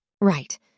Right